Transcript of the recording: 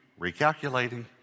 recalculating